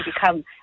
become